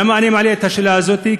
ולמה אני מעלה את השאלה הזאת?